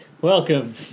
Welcome